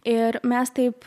ir mes taip